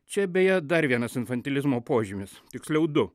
čia beje dar vienas infantilizmo požymis tiksliau du